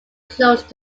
close